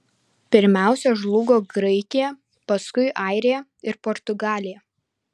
pirmiausia žlugo graikija paskui airija ir portugalija